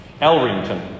Elrington